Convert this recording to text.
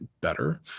better